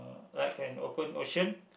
like an open ocean